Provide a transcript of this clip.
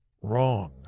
wrong